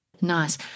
Nice